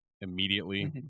immediately